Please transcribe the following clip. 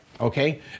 Okay